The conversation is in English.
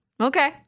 okay